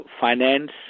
finance